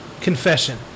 Confession